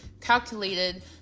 calculated